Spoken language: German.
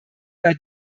bei